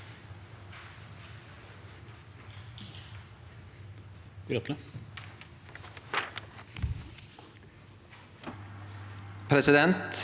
Presidenten